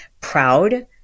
proud